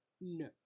No